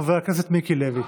חבר הכנסת מיקי לוי.